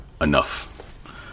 enough